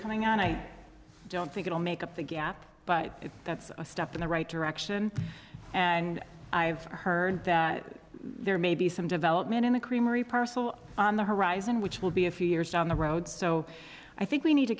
coming out i don't think it'll make up the gap but that's a step in the right direction and i've heard that there may be some development in the creamery parcel on the horizon which will be a few years down the road so i think we need to